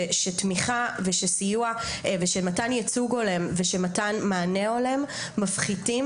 שתמיכה ושסיוע ושמתן ייצוג הולם ושמתן מענה הולם מפחיתים